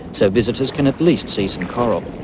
so visitors can at least see some coral.